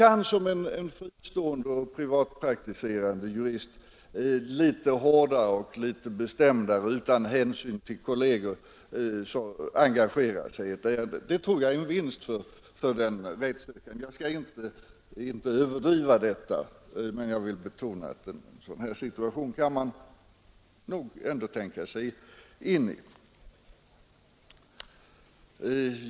En fristående privatpraktiserande jurist kan litet hårdare och bestämdare engagera sig i ett ärende utan hänsyn till kolleger. Det tror jag är en vinst för den rättssökande. Jag skall inte överdriva detta, men jag vill betona att en sådan här situation kan man nog ändå tänka sig in i.